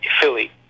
Philly